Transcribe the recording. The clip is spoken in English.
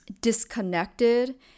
disconnected